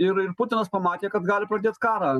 ir ir putinas pamatė kad gali pradėt karą